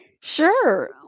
sure